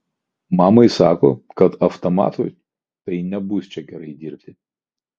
mamai sako kad avtamatu tai nebus čia gerai dirbti